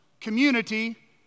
community